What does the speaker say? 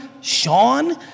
Sean